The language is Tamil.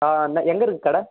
ஆ அண்ணே எங்கே இருக்குது கடை